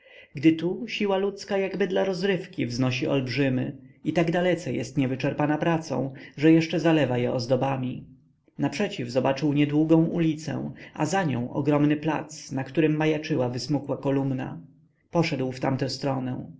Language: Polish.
gdy tu siła ludzka jakby dla rozrywki wznosi olbrzymy i tak dalece jest niewyczerpana pracą że jeszcze zalewa je ozdobami naprzeciw zobaczył niedługą ulicę a za nią ogromny plac na którym majaczyła wysmukła kolumna poszedł w tamtę stronę